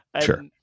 Sure